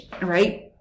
right